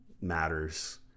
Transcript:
matters